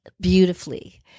beautifully